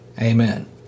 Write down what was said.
Amen